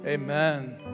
Amen